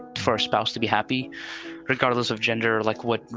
for a spouse to be happy regardless of gender. like what?